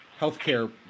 healthcare